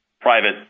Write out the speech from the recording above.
private